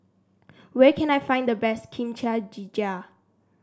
where can I find the best Kimchi Jjigae